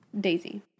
Daisy